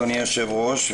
אדוני היושב-ראש,